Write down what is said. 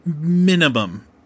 minimum